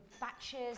batches